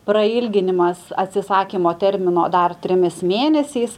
prailginimas atsisakymo termino dar trimis mėnesiais